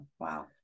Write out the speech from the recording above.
Wow